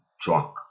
drunk